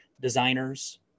designers